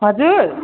हजुर